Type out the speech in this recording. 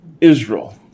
Israel